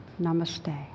Namaste